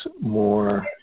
more